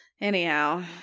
Anyhow